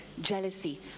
jealousy